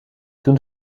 toen